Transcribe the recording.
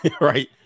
Right